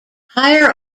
higher